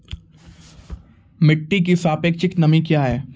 मिटी की सापेक्षिक नमी कया हैं?